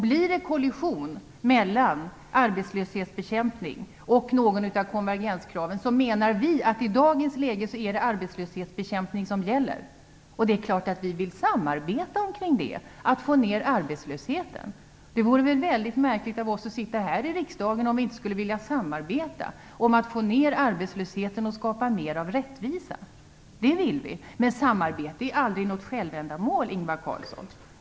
Blir det kollision mellan arbetslöshetsbekämpning och något av konvergenskraven menar vi att det i dagens läge är arbetslöshetsbekämpning som gäller. Det är klart att vi vill samarbeta om att få ner arbetslösheten. Det vore väl märkligt av oss att sitta här i riksdagen om vi inte skulle vilja samarbeta om att få ner arbetslösheten och skapa mer av rättvisa. Det vill vi. Men samarbete är aldrig något självändamål, Ingvar Carlsson.